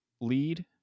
lead